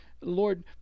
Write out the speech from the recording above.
lord